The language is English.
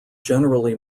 generally